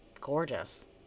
gorgeous